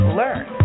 learn